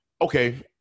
okay